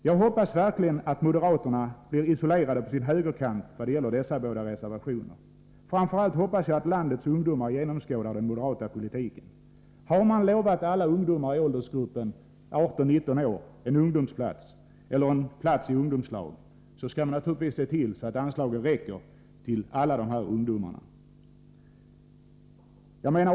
Jag hoppas verkligen att moderaterna blir isolerade på sin högerkant i vad gäller dessa båda reservationer. Framför allt hoppas jag att landets ungdomar genomskådar den moderata politiken. Har man lovat alla ungdomar i åldersgruppen 18-19 år åtminstone en plats i ungdomslag, skall man naturligtvis se till att anslagen räcker till dem alla.